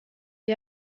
die